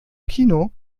kino